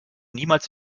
niemals